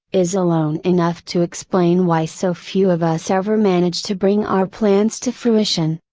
is alone enough to explain why so few of us ever manage to bring our plans to fruition.